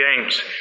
Games